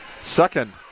Second